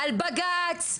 על בג"צ,